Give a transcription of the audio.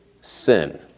Sin